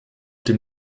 dem